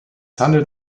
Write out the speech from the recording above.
handelt